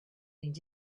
and